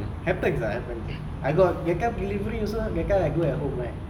happens ah happens I got that time delivery also I got do at home right